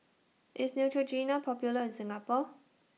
IS Neutrogena Popular in Singapore